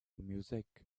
music